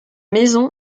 maison